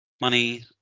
Money